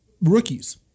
rookies